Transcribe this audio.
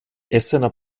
essener